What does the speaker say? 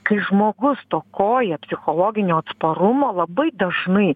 kai žmogus stokoja psichologinio atsparumo labai dažnai